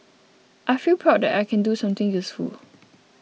I feel proud that I can do something useful